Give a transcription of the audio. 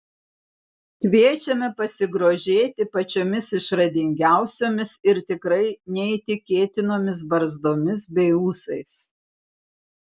kviečiame pasigrožėti pačiomis išradingiausiomis ir tikrai neįtikėtinomis barzdomis bei ūsais